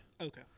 Okay